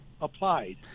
applied